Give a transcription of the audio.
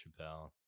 Chappelle